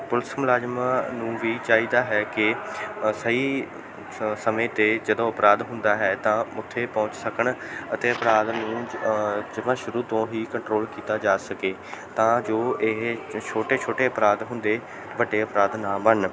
police ਮੁਲਾਜ਼ਮਾਂ ਨੂੰ ਵੀ ਚਾਹੀਦਾ ਹੈ ਕਿ ਸਹੀ ਸਮੇਂ 'ਤੇ ਜਦੋਂ ਅਪਰਾਧ ਹੁੰਦਾ ਹੈ ਤਾਂ ਉੱਥੇ ਪਹੁੰਚ ਸਕਣ ਅਤੇ ਅਪਰਾਧ ਨੂੰ ਜਮਾ ਸ਼ੁਰੂ ਤੋਂ ਹੀ ਕੰਟਰੋਲ ਕੀਤਾ ਜਾ ਸਕੇ ਤਾਂ ਜੋ ਇਹ ਛੋਟੇ ਛੋਟੇ ਅਪਰਾਧ ਹੁੰਦੇ ਵੱਡੇ ਅਪਰਾਧ ਨਾ ਬਣਨ